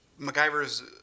MacGyver's